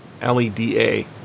L-E-D-A